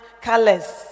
colors